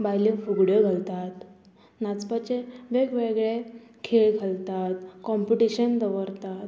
बायल्यो फुगड्यो घालतात नाचपाचे वेगवेगळे खेळ घालतात कोम्पिटिशन दवरतात